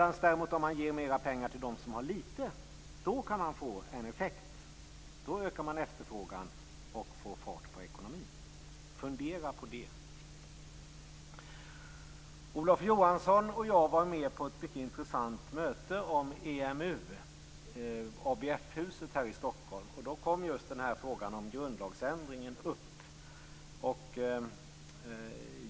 Att däremot ge mera pengar till dem som har litet kan få effekt, för då ökar man efterfrågan och får fart på ekonomin. Fundera på det! Olof Johansson och jag var med på ett mycket intressant möte om EMU i ABF-huset här i Stockholm. Då kom just frågan om en grundlagsändring upp.